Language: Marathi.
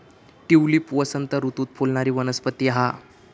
ट्यूलिप वसंत ऋतूत फुलणारी वनस्पती हा